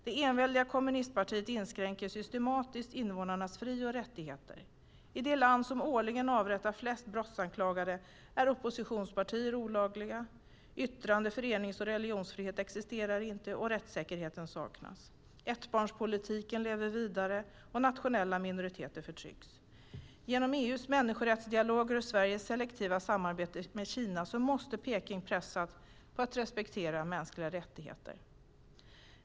Det enväldiga kommunistpartiet inskränker systematiskt invånarnas fri och rättigheter. I det land som årligen avrättar flest brottsanklagade är oppositionspartier olagliga. Yttrande-, förenings och religionsfrihet existerar inte, och rättssäkerhet saknas. Ettbarnspolitiken lever vidare, och nationella minoriteter förtrycks. Genom EU:s människorättsdialoger och Sveriges selektiva samarbete med Kina måste Peking pressas att respektera mänskliga rättigheter.